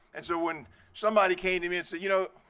and so when somebody came to me and said, you know,